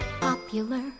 Popular